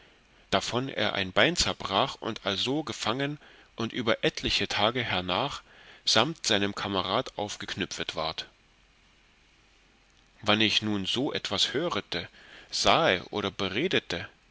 davon er ein bein zerbrach und also gefangen und über etliche tage hernach samt seinem kamerad aufgeknüpfet ward wann ich nun so etwas hörete sahe und beredete